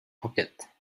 pocket